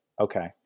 Okay